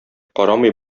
карамый